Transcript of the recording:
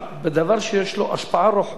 בדבר שיש לו השפעה רוחבית,